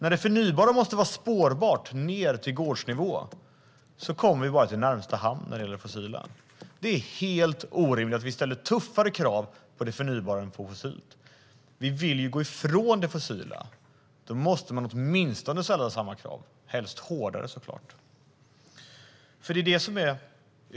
När det förnybara måste vara spårbart ned till gårdsnivå kommer vi bara till närmaste hamn när det gäller det fossila. Det är helt orimligt att vi ställer tuffare krav på det förnybara än på det fossila. Vi vill ju gå ifrån det fossila. Då måste man åtminstone ställa samma krav - helst hårdare.